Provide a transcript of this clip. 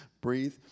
Breathe